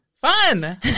Fun